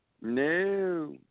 No